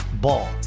Ball